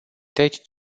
deci